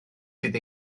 sydd